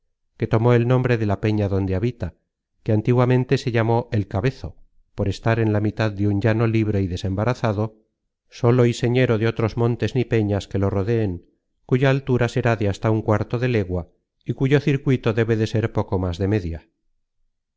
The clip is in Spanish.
que tomó el nombre de la peña donde habita que antiguamente se llamó el cabezo por estar en la mitad de un llano libre y desembarazado solo y señero de otros montes ni peñas que lo rodeen cuya altura será de hasta un cuarto de legua y cuyo circuito debe de ser poco más de media